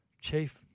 Chief